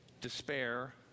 despair